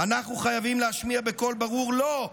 אנחנו חייבים להשמיע בקול ברור: לא.